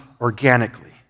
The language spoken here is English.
organically